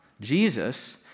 Jesus